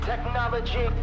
Technology